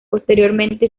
posteriormente